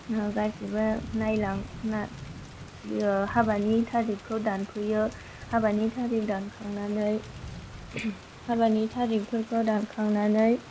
गासैबो नायलांनानै बियो हाबानि तारिखखौ दानफैयो हाबानि तारिख दानखांनानै हाबानि तारिखफोरखौ दानखांनानै